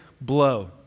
blow